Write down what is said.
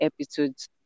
episodes